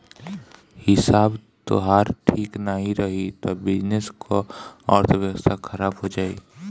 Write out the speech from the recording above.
हिसाब तोहार ठीक नाइ रही तअ बिजनेस कअ अर्थव्यवस्था खराब हो जाई